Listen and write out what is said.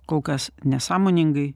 kol kas nesąmoningai